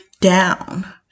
down